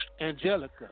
Angelica